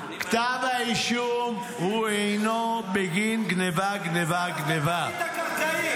כתב האישום הוא אינו בגין גנבה, גנבה, גנבה.